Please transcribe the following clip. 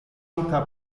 unter